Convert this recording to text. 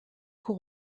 cours